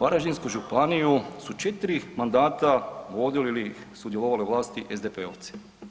Varaždinsku županiju su 4 mandata vodili i sudjelovali u vlasti SDP-ovci.